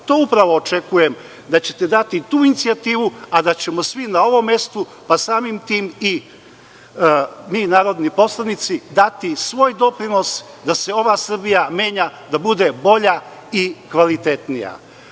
Tu upravo očekujem da ćete dati tu inicijativu, a da ćemo svi na ovom mestu, pa samim tim i mi narodni poslanici dati svoj doprinos da se ova Srbija menja da bude bolja i kvalitetnija.U